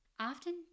Often